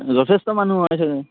যথেষ্ট মানুহ হয় ছাগে